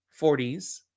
40s